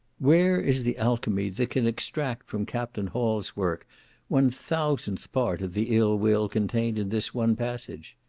where is the alchymy that can extract from captain hall's work one thousandth part of the ill-will contained in this one passage?